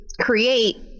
create